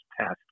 test